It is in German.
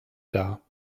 dar